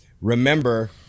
Remember